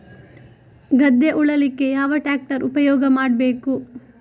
ಗದ್ದೆ ಉಳಲಿಕ್ಕೆ ಯಾವ ಟ್ರ್ಯಾಕ್ಟರ್ ಉಪಯೋಗ ಮಾಡಬೇಕು?